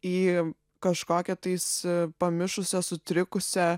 į kažkokią tais pamišusią sutrikusią